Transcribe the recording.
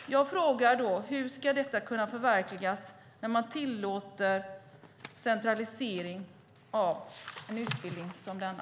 Jag frågar: Hur ska detta kunna förverkligas när man tillåter centralisering av en utbildning som denna?